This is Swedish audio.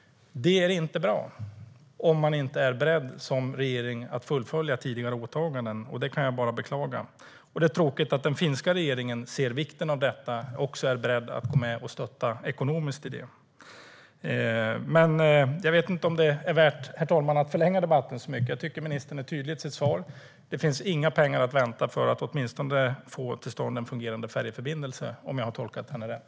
Det är inte bra om man som regering inte är beredd att fullfölja tidigare åtaganden. Det kan jag bara beklaga. Den finska regeringen inser vikten av detta och är beredd att gå in och stötta ekonomiskt. Jag vet inte om det är värt att förlänga debatten så mycket, herr talman. Jag tycker att ministern är tydlig i sitt svar. Det finns inga pengar att vänta för att få till stånd en fungerande färjeförbindelse, om jag har tolkat henne rätt.